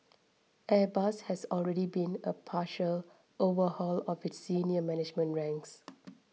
airbus has already been a partial overhaul of its senior management ranks